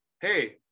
hey